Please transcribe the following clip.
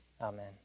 Amen